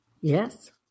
Yes